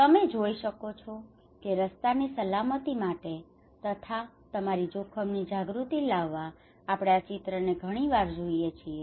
તમે જોઈ શકો છો કે રસ્તાની સલામતી માટે તથા તમારી જોખમની જાગૃતિ લાવવા આપણે આ ચિત્રને ઘણી વાર જોઈએ છીએ